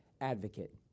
advocate